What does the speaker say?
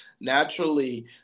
naturally